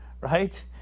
right